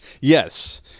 Yes